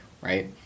right